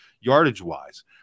yardage-wise